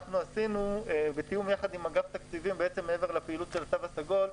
שאנחנו עשינו בתיאום עם אגף תקציבים מעבר לפעילות של התו הסגול,